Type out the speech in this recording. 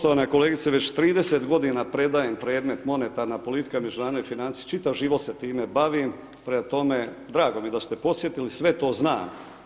Poštovana kolegice, već 30 godina predajem predmet monetarna politike i međunarodne financije, čitav život se time bavim, prema tome, drago mi je da ste podsjetili, sve to znam.